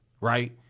right